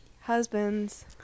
Husbands